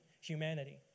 humanity